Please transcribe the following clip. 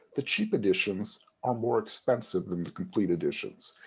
the cheap editions are more expensive than the complete editions,